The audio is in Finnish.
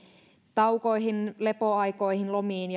taukoihin lepoaikoihin lomiin